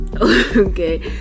Okay